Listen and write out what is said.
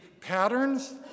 patterns